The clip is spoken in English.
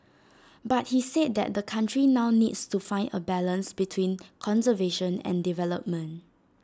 but he said that the country now needs to find A balance between conservation and development